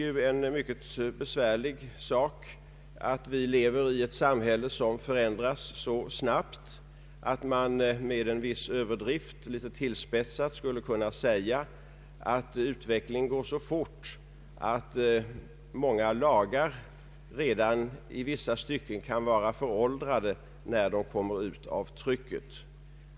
Det är mycket besvärligt att vi lever i ett samhälle som förändras så snabbt att man med en viss överdrift — litet tillspetsat — skulle kunna säga att utvecklingen går så fort att många lagar redan kan vara föråldrade i vissa stycken när de kommer ut av trycket.